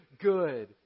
Good